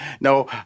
No